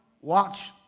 watch